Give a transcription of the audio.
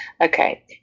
okay